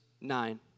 nine